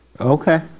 Okay